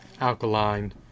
alkaline